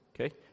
okay